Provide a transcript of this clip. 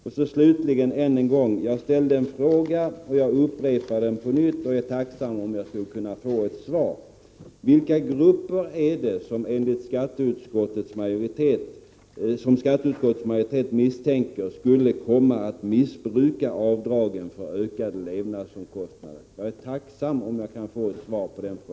Än en gång, slutligen: Jag ställde en fråga, och jag upprepar den på nytt och är tacksam om jag får ett svar. Vilka grupper är det som skatteutskottets majoritet misstänker skulle komma att missbruka avdragen för ökade levnadskostnader?